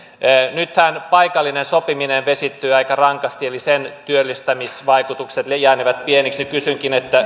nythän paikallinen sopiminen vesittyy aika rankasti eli sen työllistämisvaikutukset jäänevät pieniksi kysynkin